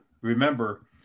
Remember